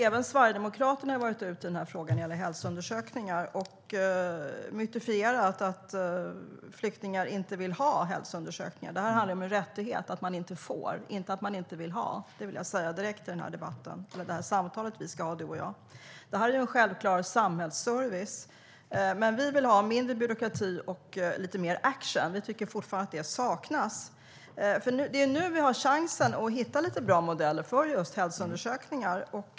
Även Sverigedemokraterna har gjort uttalanden om detta och mytifierat att flyktingar inte vill ha hälsoundersökningar. Hälsoundersökningar är ju en rättighet, och det vi nu talar om är att man inte får , inte att man inte vill ha. Det vill jag säga direkt, som en inledning på den debatt eller det samtal som statsrådet och jag nu ska ha. Hälsoundersökningar är en självklar samhällsservice. Vi vill ha mindre byråkrati och mer action. Vi tycker fortfarande att det saknas. Det är ju nu vi har chansen att hitta bra modeller för just hälsoundersökningar.